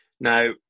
Now